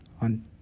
on